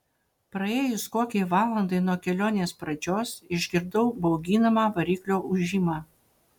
praėjus kokiai valandai nuo kelionės pradžios išgirdau bauginamą variklio ūžimą